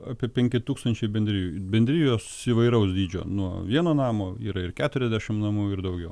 apie penki tūkstančiai bendrijų bendrijos įvairaus dydžio nuo vieno namo yra ir keturiasdešimt namų ir daugiau